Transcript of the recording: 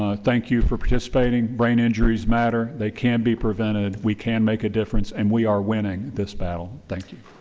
ah thank you for participating. brain injuries matter. they can be prevented. we can make a difference and we are winning this battle. thank you.